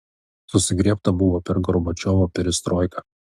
susigriebta buvo per gorbačiovo perestroiką